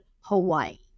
Hawaii